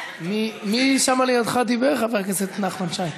מי שם לידך דיבר, חבר הכנסת נחמן שי?